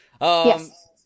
Yes